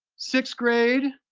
sixth grade